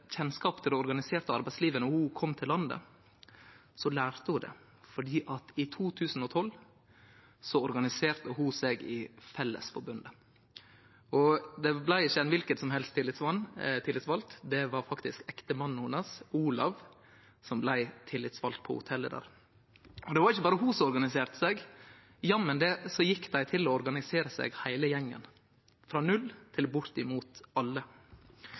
kjennskap til det organiserte arbeidslivet då ho kom til landet, lærte ho det, for i 2012 organiserte ho seg i Fellesforbundet. Det var ikkje kven som helst som blei tillitsvald på hotellet der – det var faktisk ektemannen hennar, Olav. Og det var ikkje berre ho som organiserte seg, for jammen gjekk dei og organiserte seg heile gjengen, frå null til bortimot alle.